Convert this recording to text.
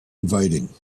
inviting